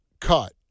cut